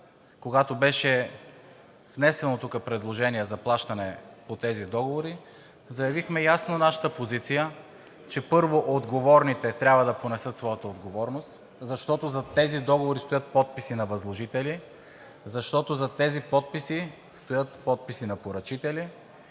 когато беше внесено тук предложение за плащане по тези договори, заявихме ясно нашата позиция, че първо отговорните трябва да понесат своята отговорност, защото зад тези договори стоят подписи на възложители, защото зад тези подписи стоят подписи на поръчители,